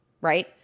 right